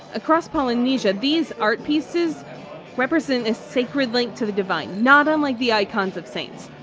across polynesia, these art pieces represent a sacred link to the divine, not unlike the icons of saints.